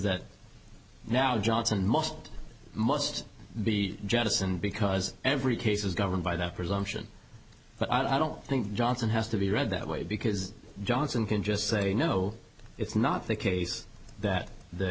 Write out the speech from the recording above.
that now johnson must must be jettisoned because every case is governed by that presumption but i don't think johnson has to be read that way because johnson can just say no it's not the case that the